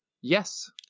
Yes